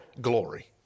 glory